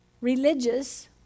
religious